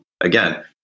again